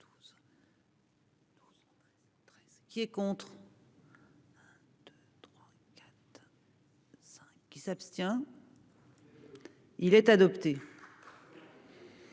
Qui est contre qui s'abstient. Il est adopté.